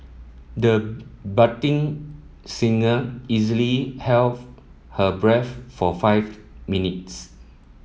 the budding singer easily held her breath for five minutes